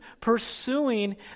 pursuing